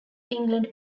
england